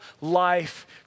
life